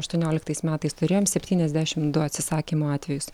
aštuonioliktais metais turėjom septyniasdešimt du atsisakymo atvejus